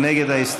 מי נגד ההסתייגות?